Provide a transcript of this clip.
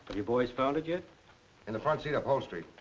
your boys found it yet? in the front seat upholstery.